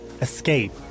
escape